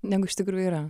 negu iš tikrųjų yra